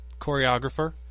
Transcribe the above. choreographer